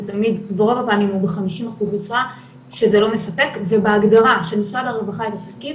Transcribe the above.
והוא ברוב הוא ב-50 אחוז משרה שזה לא מספק ובהגדרה שמשרד הרווחה תפקיד